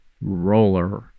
roller